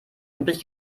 übrig